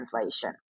Translation